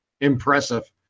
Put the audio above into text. impressive